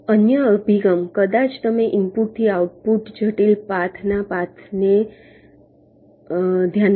અન્ય અભિગમ કદાચ તમે ઇનપુટથી આઉટપુટ જટિલ પાથના પાથને ધ્યાનમાં લો